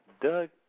Doug